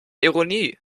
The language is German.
ironie